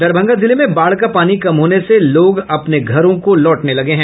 दरभंगा जिले में बाढ़ का पानी कम होने से लोग अपने घरों को लौटने लगे हैं